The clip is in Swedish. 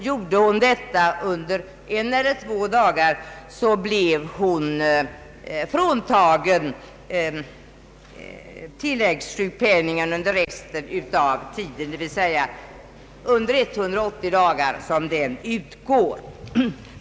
Gjorde man detta under en eller två dagar blev man fråntagen tilläggssjukpenningen under resten av tiden.